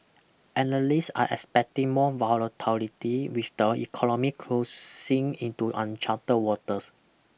analysts are expecting more volatility with the economy crossing into uncharted waters